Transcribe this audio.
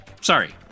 Sorry